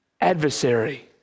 adversary